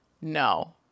no